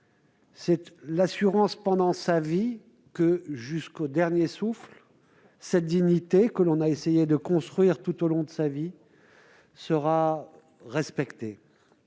avoir l'assurance que, jusqu'au dernier souffle, la dignité que l'on a essayé de construire tout au long de sa vie sera respectée.